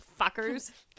Fuckers